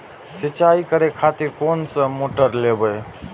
सीचाई करें खातिर कोन सा मोटर लेबे?